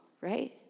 right